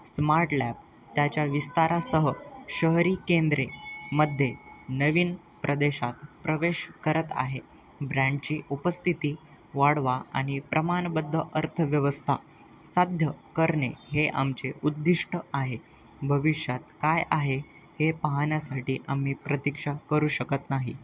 smart lab त्याच्या विस्तारासह शहरी केंद्रेमध्ये नवीन प्रदेशात प्रवेश करत आहे ब्रँडची उपस्थिती वाढवा आणि प्रमाणबद्ध अर्थव्यवस्था साध्य करणे हे आमचे उद्दिष्ट आहे भविष्यात काय आहे हे पाहण्यासाठी आम्ही प्रतीक्षा करू शकत नाही